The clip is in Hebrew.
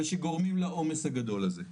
ושגורמים לעומס הגדול הזה.